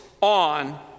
on